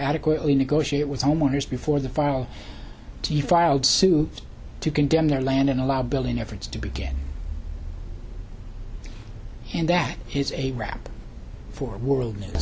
adequately negotiate with homeowners before the file to be filed suit to condemn their land and allow building efforts to begin and that is a wrap for world news